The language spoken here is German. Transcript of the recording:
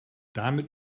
damit